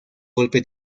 golpe